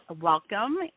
welcome